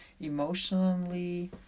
emotionally